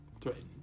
threatened